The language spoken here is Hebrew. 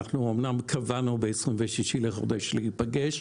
אנחנו אמנם קבענו ב-26 בחודש להיפגש,